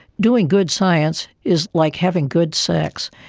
doing good science is like having good sex,